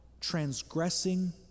transgressing